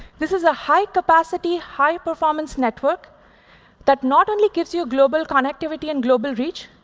this is a high-capacity, high-performance network that not only gives you global connectivity and global reach,